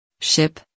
ship